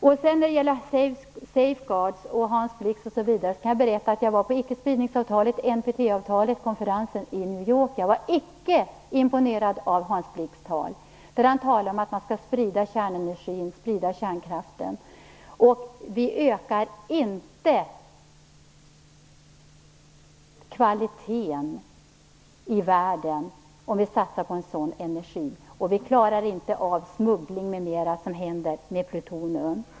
När det sedan gäller safeguards och Hans Blix vill jag berätta att jag deltog i icke spridnings-avtalets konferens, NPT-konferensen, i New York. Jag blev icke imponerad av Hans Blix tal. Han talade om att man skall sprida kärnenergin och kärnkraften. Det ökar inte kvaliteten i världen om vi satsar på en sådan energi. Vi klarar inte heller smugglingen m.m. med plutonium.